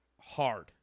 hard